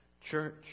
church